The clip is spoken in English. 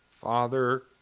Father